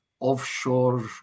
Offshore